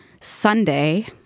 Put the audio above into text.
Sunday